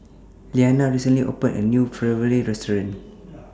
Liliana recently opened A New Ravioli Restaurant